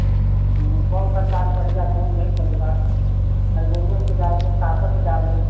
कौन सा तार पड़ेगा कौन नहीं पड़ेगा अल्युमिनियम का डाल दें कापर का डाल दें